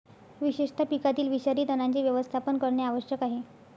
विशेषतः पिकातील विषारी तणांचे व्यवस्थापन करणे आवश्यक आहे